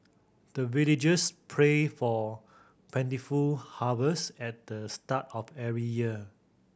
the villagers pray for plentiful harvest at the start of every year